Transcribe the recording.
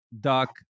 Duck